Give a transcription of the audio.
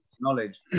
knowledge